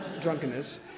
drunkenness